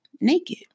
naked